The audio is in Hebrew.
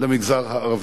למגזר הערבי.